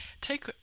Take